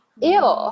ew